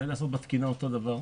אולי לעשות בתקינה אותו דבר?